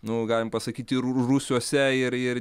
nu galim pasakyti rū rūsiuose ir ir